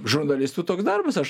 žurnalistų toks darbas aš